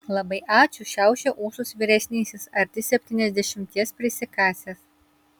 labai ačiū šiaušia ūsus vyresnysis arti septyniasdešimties prisikasęs